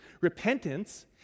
repentance